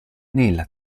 nella